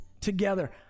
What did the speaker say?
together